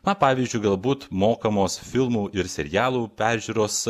na pavyzdžiui galbūt mokamos filmų ir serialų peržiūros